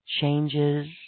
changes